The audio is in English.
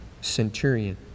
centurion